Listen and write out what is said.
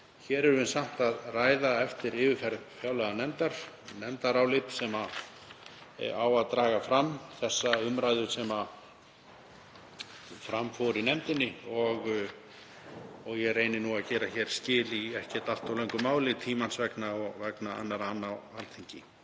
hér erum við samt að ræða, eftir yfirferð fjárlaganefndar, nefndarálit sem á að draga fram þá umræðu sem fram fór í nefndinni og ég reyni nú að gera skil í ekki allt of löngu máli tímans vegna og vegna annarra anna á Alþingi.